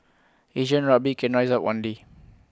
Asian rugby can rise up one day